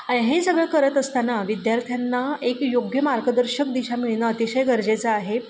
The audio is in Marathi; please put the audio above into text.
हे सगळं करत असताना विद्यार्थ्यांना एक योग्य मार्गदर्शक दिशा मिळणं अतिशय गरजेचं आहे